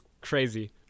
crazy